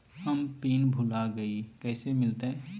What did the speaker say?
हम पिन भूला गई, कैसे मिलते?